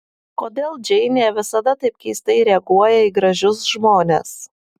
kodėl džeinė visada taip keistai reaguoja į gražius žmones